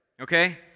okay